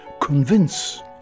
convince